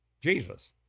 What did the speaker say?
Jesus